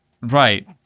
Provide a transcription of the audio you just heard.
Right